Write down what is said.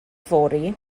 fory